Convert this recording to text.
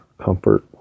comfort